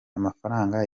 amafaranga